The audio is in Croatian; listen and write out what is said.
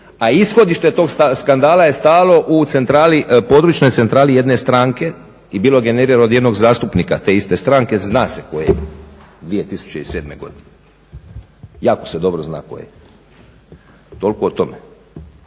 a ishodište tog skandala je stalo u područnoj centrali jedne stranke i bilo generirano od jednog zastupnika te iste stranke, zna se koje, 2007. godine. Jako se dobro zna koje. Toliko o tome.